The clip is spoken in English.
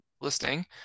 listing